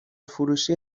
فروشی